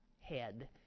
head